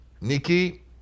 Nikki